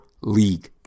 league